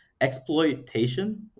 exploitation